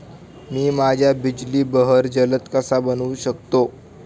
मी माझ्या बिजली बहर जलद कसा बनवू शकतो?